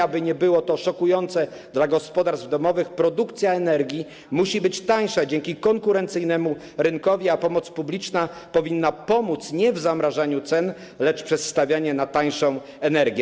Aby nie było to szokujące dla gospodarstw domowych, produkcja energii musi być tańsza dzięki konkurencyjnemu rynkowi, a pomoc publiczna powinna polegać nie na zamrażaniu cen, lecz na stawianiu na tańszą energię.